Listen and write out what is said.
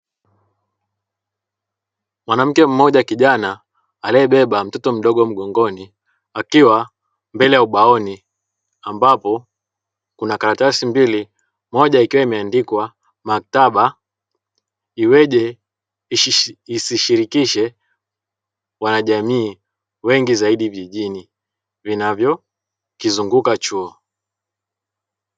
Mwanamke mmoja kijana aliebeba mtoto mdogo mgongoni akiwa mbele ya ubaoni ambapo kuna karatasi mbili moja ikiwa imeandikwa " maktaba iweje isishirikishe wanajamii wengi zaidi vijijini" vinayokizunguka chuo.